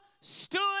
stood